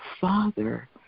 Father